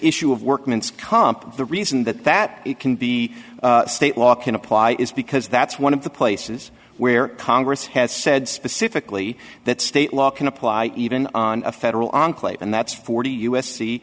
issue of workman's comp the reason that that it can be state law can apply is because that's one of the places where congress has said specifically that state law can apply even on a federal enclave and that's forty u